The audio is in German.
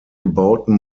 gebauten